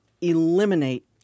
eliminate